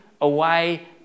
away